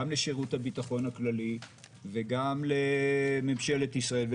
גם לשירות הביטחון הכללי וגם לממשלת ישראל,